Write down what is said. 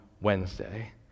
Wednesday